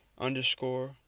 underscore